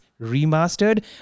Remastered